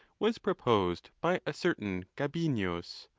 was proposed by a certain gabinius,